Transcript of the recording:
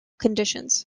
conditions